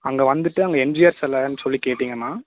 அங்கே வந்துட்டு அங்கே எம்ஜிஆர் சிலைன் சொல்லி கேட்டிங்கன்னால்